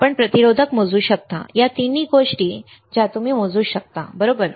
आपण प्रतिरोधक मोजू शकता तीनही गोष्टी ज्या तुम्ही मोजू शकता बरोबर